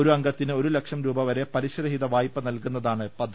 ഒരു അംഗത്തിന് ഒരു ലക്ഷം രൂപ വരെ പലിശരഹിത വായ്പ നൽകുന്നതാണ് പദ്ധതി